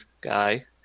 guy